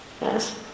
Yes